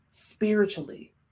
Spiritually